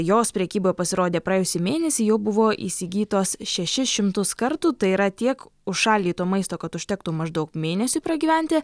jos prekyboje pasirodė praėjusį mėnesį jau buvo įsigytos šešis šimtus kartų tai yra tiek užšaldyto maisto kad užtektų maždaug mėnesiui pragyventi